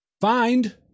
Find